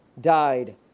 died